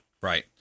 Right